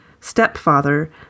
stepfather